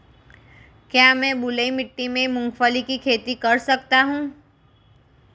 क्या मैं बलुई मिट्टी में मूंगफली की खेती कर सकता हूँ?